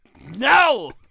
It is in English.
No